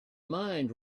mind